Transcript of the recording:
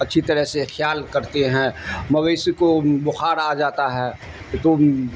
اچھی طرح سے خیال کرتے ہیں مویس کو بخار آ جاتا ہے تو